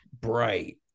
Bright